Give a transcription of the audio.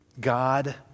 God